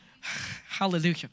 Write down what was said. hallelujah